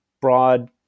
broad